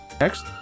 Next